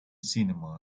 cinema